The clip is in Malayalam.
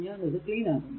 ഞാൻ ഇത് ക്ലീൻ ആക്കുന്നു